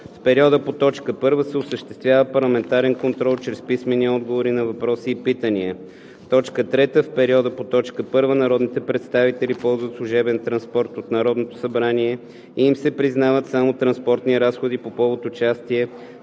В периода по т. 1 се осъществява парламентарен контрол чрез писмени отговори на въпроси и питания. 3. В периода по т. 1 народните представители ползват служебен транспорт от Народното събрание и им се признават само транспортни разходи по повод участие